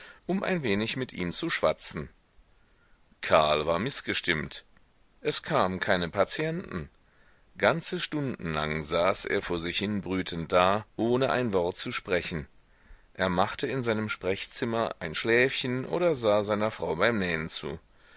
um ein wenig mit ihm zu schwatzen karl war mißgestimmt es kamen keine patienten ganze stunden lang saß er vor sich hinbrütend da ohne ein wort zu sprechen er machte in seinem sprechzimmer ein schläfchen oder sah seiner frau beim nähen zu